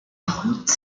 route